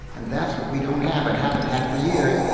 and that's what we don't have and haven't had for years,